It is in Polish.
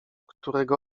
którego